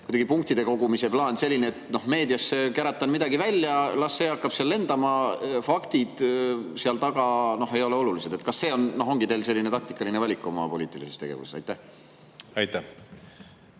ongi see punktide kogumise plaan selline, et meediasse käratan midagi välja, las see hakkab lendama, faktid seal taga ei ole olulised. Kas see ongi teil selline taktikaline valik oma poliitilises tegevuses? Aitäh, hea